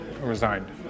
resigned